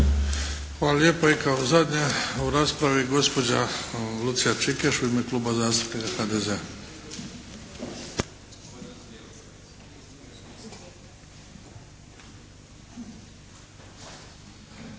Hvala lijepa. I kao zadnja u raspravi gospođa Lucija Čikeš u ime Kluba …/Govornik se